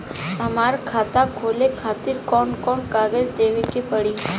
हमार खाता खोले खातिर कौन कौन कागज देवे के पड़ी?